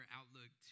outlook